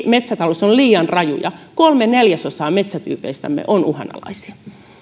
metsätalous on liian rajua kolme neljäsosaa metsätyypeistämme on uhanalaisia